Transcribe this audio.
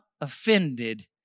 offended